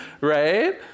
right